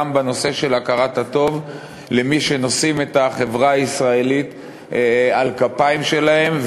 גם בנושא של הכרת הטוב למי שנושאים את החברה הישראלית על הכתפיים שלהם,